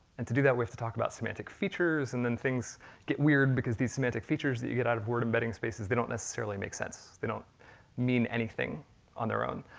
and to do that, we have to talk about semantic features, and then things get weird, because these semantic features that you get out of word-embedding spaces, they don't necessarily make sense. they don't mean anything on their own.